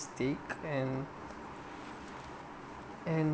stake and and